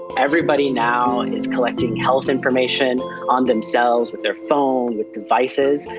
everybody now is collecting health information on themselves, with their phone, with devices.